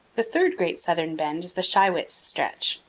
the third great southern bend is the shiwits stretch.